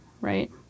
right